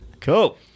Cool